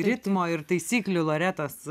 ritmo ir taisyklių loretos